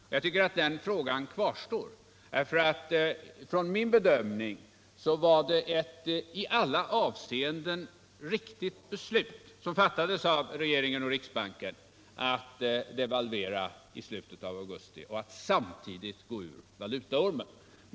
Och jag tycker att den frågan kvarstår, därför att enligt min bedömning var det ett i alla avseenden riktigt beslut som fattades av regeringen och riksbanken i slutet av augusti, att devalvera och att samtidigt gå ur valutaormen.